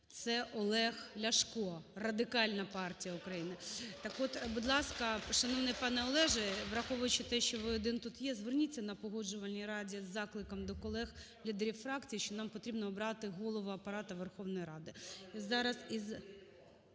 це Олег Ляшко, Радикальна партія. Так от, будь ласка, шановний пане Олеже, враховуючи те, що ви один тут є, зверніться на Погоджувальній раді із закликом до колег, лідерів фракцій, що нам потрібно обрати голову Апарату Верховної Ради.